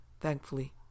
Thankfully